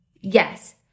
Yes